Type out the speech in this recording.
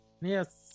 yes